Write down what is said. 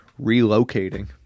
relocating